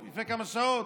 לפני כמה שעות,